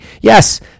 Yes